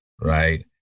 right